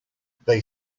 they